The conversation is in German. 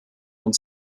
und